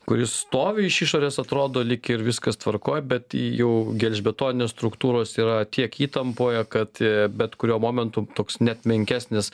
kuris stovi iš išorės atrodo lyg ir viskas tvarkoj bet jau gelžbetonės struktūros yra tiek įtampoje kad bet kuriuo momentu toks net menkesnis